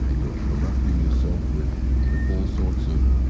ah you're corrupting yourself with with all sorts of